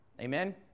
Amen